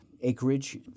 acreage